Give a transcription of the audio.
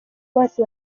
bose